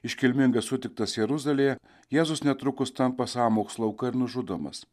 iškilmingai sutiktas jeruzalėje jėzus netrukus tampa sąmokslo auka ir nužudomas